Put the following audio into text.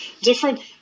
different